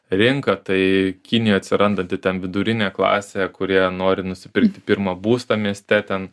rinką tai kinijoj atsirandanti ten vidurinė klasė kurie nori nusipirkti pirmą būstą mieste ten